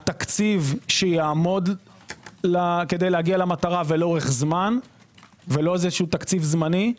התקציב שיעמוד כדי להגיע למטרה ולאורך זמן ולא תקציב זמני,